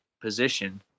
position